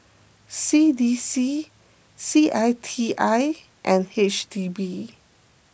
C D C C I T I and H D B